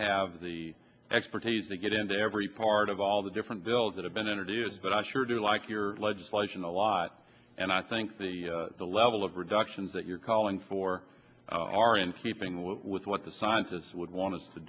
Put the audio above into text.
have the expertise to get into every part of all the different bills that have been introduced but i sure do like your legislation a lot and i think the the level of reductions that you're calling for are in keeping with what the scientists would want us to